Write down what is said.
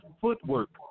footwork